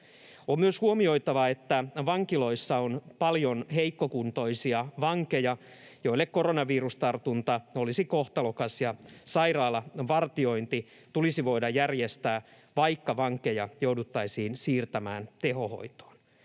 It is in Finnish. On myös huomioitava, että vankiloissa on paljon heikkokuntoisia vankeja, joille koronavirustartunta olisi kohtalokas, ja sairaalavartiointi tulisi voida järjestää, vaikka vankeja jouduttaisiin siirtämään tehohoitoon.